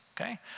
Okay